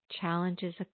challenges